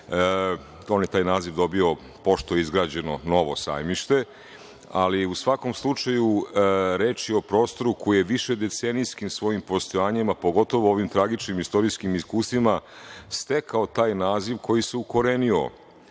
On je taj naziv dobio pošto je izgrađeno novo Sajmište, ali u svakom slučaju reč je o prostoru koji je višedecenijskim postojanjem, pogotovo ovim tragičnim, istorijskim iskustvima, stekao taj naziv koji se ukorenio